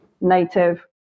native